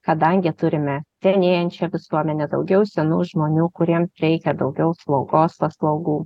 kadangi turime senėjančią visuomenę daugiau senų žmonių kuriems reikia daugiau slaugos paslaugų